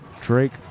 Drake